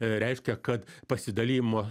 reiškia kad pasidalijimo